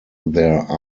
their